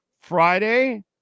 Friday